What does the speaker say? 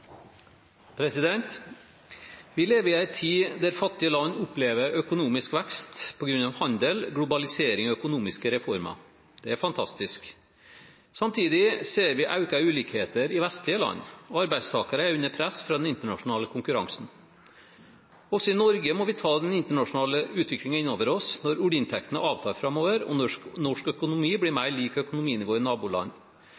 Vi lever i en tid da fattige land opplever økonomisk vekst på grunn av handel, globalisering og økonomiske reformer. Det er fantastisk. Samtidig ser vi økte ulikheter i vestlige land, og arbeidstakerne er under press fra den internasjonale konkurransen. Også i Norge må vi ta den internasjonale utviklingen innover oss når oljeinntektene avtar framover og norsk økonomi blir